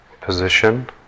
position